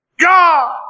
God